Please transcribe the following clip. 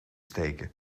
steken